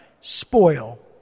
spoil